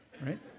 Right